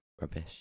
Rubbish